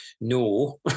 no